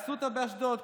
אסותא באשדוד,